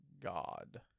God